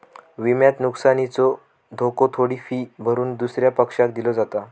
विम्यात नुकसानीचो धोको थोडी फी भरून दुसऱ्या पक्षाक दिलो जाता